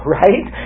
right